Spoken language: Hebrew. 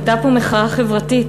הייתה פה מחאה חברתית.